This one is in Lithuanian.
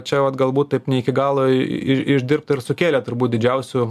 čia vat galbūt taip ne iki galo ir išdirbta ir sukėlė turbūt didžiausių